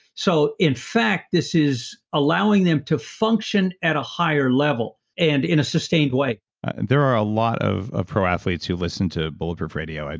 so in fact, this is allowing them to function at a higher level and in a sustained way there are a lot of ah pro athletes who listen to bulletproof radio.